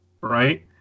right